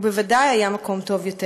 הוא בוודאי היה מקום טוב יותר.